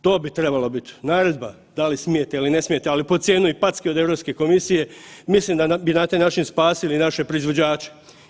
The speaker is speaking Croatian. To bi trebalo biti, naredba, da li smijete ili ne smijete, ali pod cijenu i packe od EU komisije, mislim da bi na taj način spasili naše proizvođače.